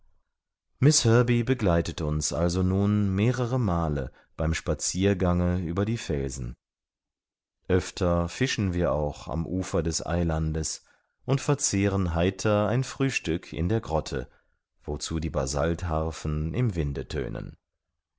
herbey begleitet uns also nun mehrere male beim spaziergange über die felsen oefter fischen wir auch am ufer des eilandes und verzehren heiter ein frühstück in der grotte wozu die basaltharfen im winde tönen